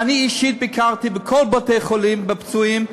ואני אישית ביקרתי בכל בתי-החולים את הפצועים,